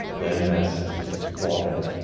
land masses, water,